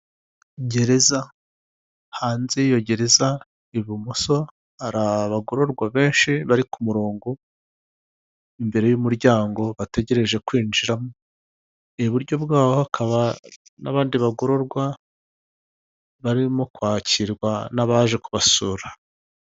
Gereza, hanze y'iyo gereza ibumoso, hari abagororwa benshi bari ku murongo imbere y'umuryango, bategereje kwinjiramo. Iburyo bwabo hakaba n'abandi bagororwa barimo kwakirwa n'abaje kubasura.